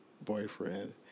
boyfriend